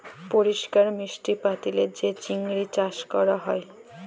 পরিষ্কার মিষ্টি পালিতে যে চিংড়ি চাস ক্যরা হ্যয়